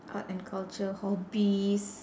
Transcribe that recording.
art and culture hobbies